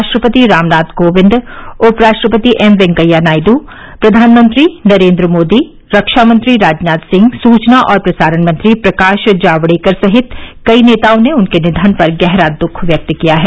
राष्ट्रपति रामनाथ कोविंद उप राष्ट्रपति एम वेंकैया नायडू प्रधानमंत्री नरेंद्र मोदी रक्षा मंत्री राजनाथ सिंह सूचना और प्रसारण मंत्री प्रकाश जावड़ेकर सहित कई नेताओं ने उनके निधन पर गहरा दुख व्यक्त किया है